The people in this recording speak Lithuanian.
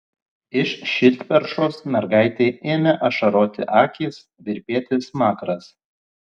iš širdperšos mergaitei ėmė ašaroti akys virpėti smakras